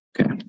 Okay